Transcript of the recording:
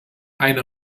eine